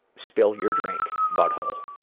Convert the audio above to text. spill your drink butthole